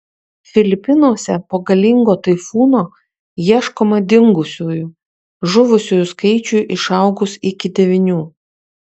filipinuose po galingo taifūno ieškoma dingusiųjų žuvusiųjų skaičiui išaugus iki devynių